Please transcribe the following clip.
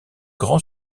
grand